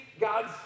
God's